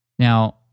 Now